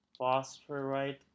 phosphorite